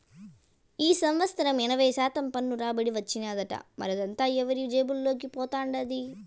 ఈ సంవత్సరం ఎనభై శాతం పన్ను రాబడి వచ్చినాదట, మరదంతా ఎవరి జేబుల్లోకి పోతండాది